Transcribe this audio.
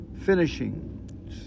finishing